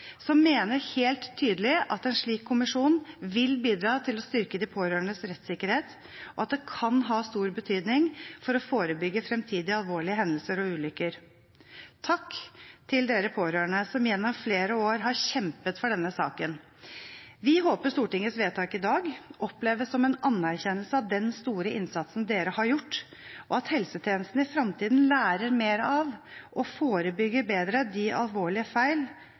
tydelig mener at en slik kommisjon vil bidra til å styrke de pårørendes rettssikkerhet, og at det kan ha stor betydning for å forebygge fremtidige alvorlige hendelser og ulykker. Takk til de pårørende som gjennom flere år har kjempet for denne saken. Vi håper Stortingets vedtak i dag oppleves som en anerkjennelse av den store innsatsen de har gjort, og at helsetjenesten i fremtiden lærer mer av å forebygge bedre de alvorlige